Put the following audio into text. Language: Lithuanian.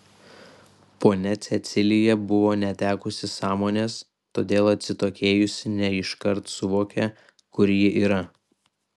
ponia cecilija buvo netekusi sąmonės todėl atsitokėjusi ne iškart suvokė kur ji yra